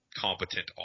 competent